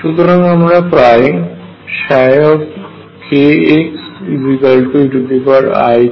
সুতরাং আমরা পাই kxeikxnukxeiGnx